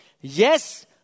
Yes